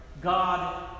God